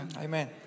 Amen